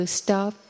stop